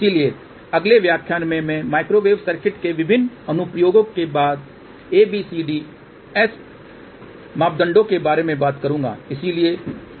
इसलिए अगले व्याख्यान में मैं माइक्रोवेव सर्किट के विभिन्न अनुप्रयोगों के बाद ABCD और S मापदंडों के बारे में बात करूंगा